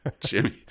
Jimmy